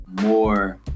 more